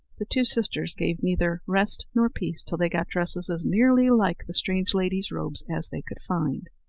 the two sisters gave neither rest nor peace till they got dresses as nearly like the strange lady's robes as they could find.